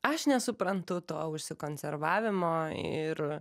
aš nesuprantu to užsikonservavimo ir